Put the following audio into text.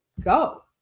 go